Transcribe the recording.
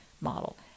model